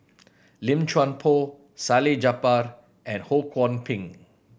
Lim Chuan Poh Salleh Japar and Ho Kwon Ping